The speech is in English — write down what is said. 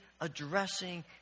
addressing